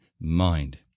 mind